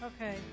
Okay